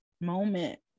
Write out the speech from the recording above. moment